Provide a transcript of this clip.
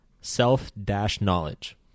self-knowledge